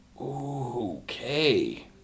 Okay